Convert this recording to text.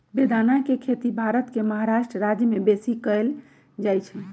बेदाना के खेती भारत के महाराष्ट्र राज्यमें बेशी कएल जाइ छइ